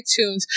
itunes